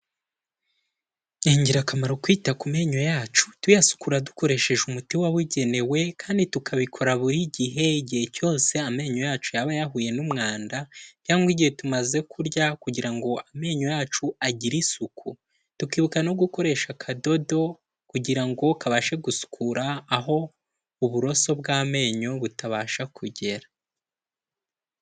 Ni ingirakamaro kwita ku menyo yacu tuyasukura dukoresheje umuti wabugenewe kandi tukabikora buri gihe igihe cyose amenyo yacu yaba yahuye n'umwanda cyangwa igihe tumaze kurya kugira ngo amenyo yacu agire isuku tukibuka no gukoresha kadodo kugira kabashe gusukura aho uburoso bw'amenyo butabasha kugera.